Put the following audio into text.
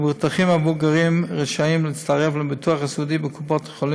מבוטחים מבוגרים רשאים להצטרף לביטוח הסיעודי בקופות החולים